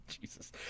Jesus